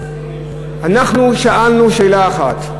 אנחנו שאלנו שאלה אחת: